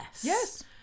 Yes